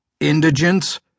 Indigence